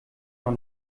noch